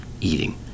eating